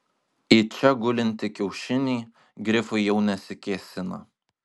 į čia gulintį kiaušinį grifai jau nesikėsina